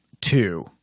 two